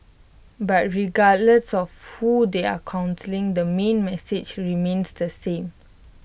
but regardless of who they are counselling the main message remains the same